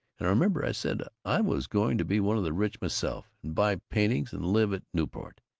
and i remember i said i was going to be one of the rich myself, and buy paintings and live at newport.